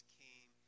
came